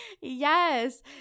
yes